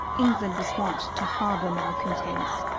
england was wont to harbour malcontents,